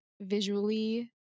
visually